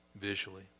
visually